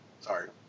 Sorry